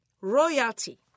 royalty